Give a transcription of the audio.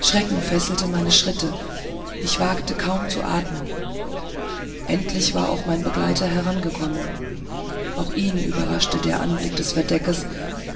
schrecken fesselte meine schritte ich wagte kaum zu atmen endlich war auch mein begleiter heraufgekommen auch ihn überraschte der anblick des verdeckes